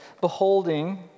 beholding